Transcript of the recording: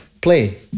play